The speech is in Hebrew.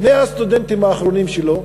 ושני הסטודנטים האחרונים שלו,